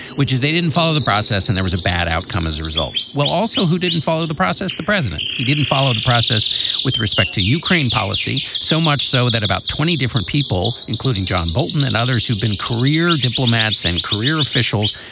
which is they didn't follow the process and there was a bad outcome as a result. well, also, who didn't follow the process? the president. he didn't follow the process with respect to ukraine policy, so much so that about twenty different people, including john bolton and others who'd been career diplomats and career officials,